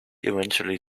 eventually